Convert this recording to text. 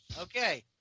Okay